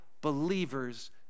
believers